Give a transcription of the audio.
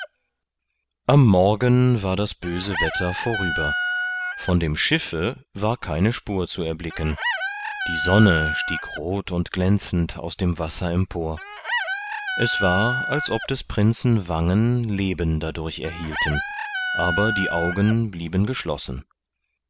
am morgen war das böse wetter vorüber von dem schiffe war keine spur zu erblicken die sonne stieg rot und glänzend aus dem wasser empor es war als ob des prinzen wangen leben dadurch erhielten aber die augen blieben geschlossen